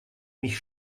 mich